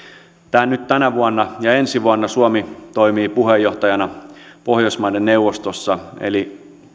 nyt tänä vuonna ja ensi vuonna suomi toimii puheenjohtajana pohjoismaiden neuvostossa eli